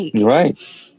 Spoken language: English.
Right